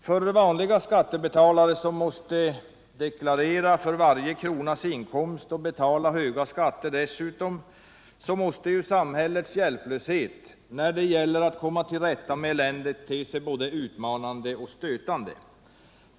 För vanliga skattebetalare som måste deklarera för varje kronas inkomst och dessutom betala höga skatter måste samhällets hjälplöshet när det gäller att komma till rätta med eländet te sig som både utmanande och stötande.